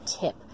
tip